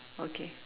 okay